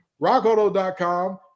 RockAuto.com